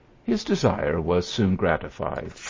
his desire was soon gratified.